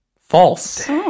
false